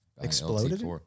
Exploded